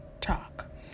talk